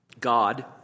God